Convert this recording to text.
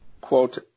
quote